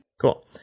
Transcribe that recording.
Cool